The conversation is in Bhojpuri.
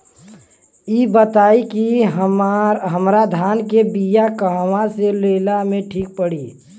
इ बताईं की हमरा धान के बिया कहवा से लेला मे ठीक पड़ी?